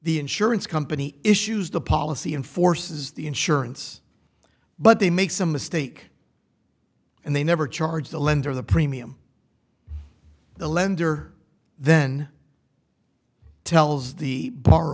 the insurance company issues the policy and forces the insurance but they make some mistake and they never charge the lender the premium the lender then tells the b